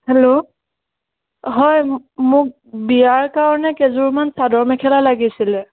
hello হয় মোক বিয়াৰ কাৰণে কেইযোৰমান চাদৰ মেখেলা লাগিছিলে